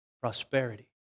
prosperity